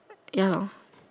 ya lor